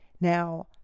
Now